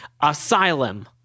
asylum